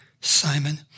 Simon